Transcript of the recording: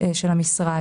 של המשרד.